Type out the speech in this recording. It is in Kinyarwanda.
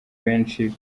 benshi